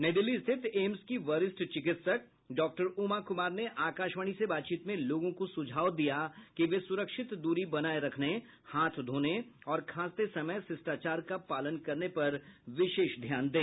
नई दिल्ली स्थित एम्स की वरिष्ठ चिकित्सक डॉक्टर उमा कुमार ने आकाशवाणी से बातचीत में लोगों को सुझाव दिया कि वे सुरक्षित दूरी बनाए रखने हाथ धोने और खांसते समय शिष्टाचार का पालन करने पर विशेष ध्यान दें